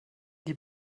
die